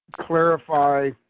clarify